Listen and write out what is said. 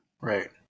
right